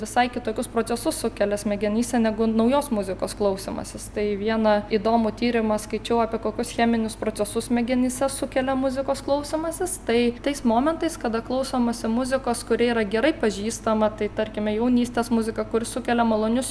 visai kitokius procesus sukelia smegenyse negu naujos muzikos klausymasis tai vieną įdomų tyrimą skaičiau apie kokius cheminius procesus smegenyse sukelia muzikos klausymasis tai tais momentais kada klausomasi muzikos kuri yra gerai pažįstama tai tarkime jaunystės muzika kuri sukelia malonius